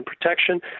protection